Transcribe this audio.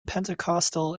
pentecostal